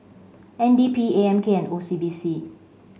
N D P A M K and O C B C